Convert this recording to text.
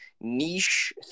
niche